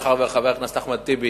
מאחר שחבר הכנסת אחמד טיבי